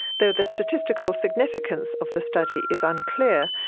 though the statistical significance of the study is unclear,